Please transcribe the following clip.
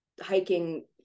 hiking